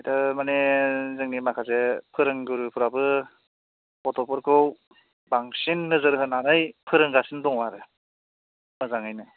माने जोंनि माखासे फोरोंगुरुफ्राबो गथ'फोरखौ बांसिन नोजोर होनानै फोरोंगासिनो दङ आरो मोजाङैनो